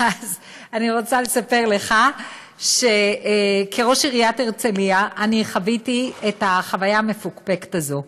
אני רוצה לספר לך שכראש עיריית הרצליה חוויתי את החוויה המפוקפקת הזאת.